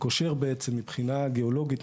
שקושר בעצם מבחינה גיאולוגית,